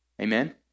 Amen